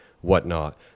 whatnot